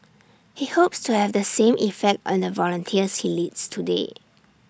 he hopes to have the same effect on the volunteers he leads today